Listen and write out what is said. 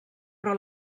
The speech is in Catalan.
però